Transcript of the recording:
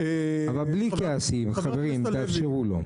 בלי כעסים חברים תאפשרו לו.